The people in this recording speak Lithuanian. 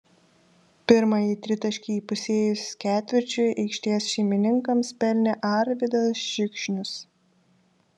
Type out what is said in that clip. pirmąjį tritaškį įpusėjus ketvirčiui aikštės šeimininkams pelnė arvydas šikšnius